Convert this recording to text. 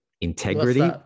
integrity